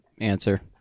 answer